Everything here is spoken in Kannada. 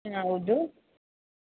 ಹಾಂ ಹೌದು